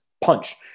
punch